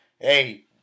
hey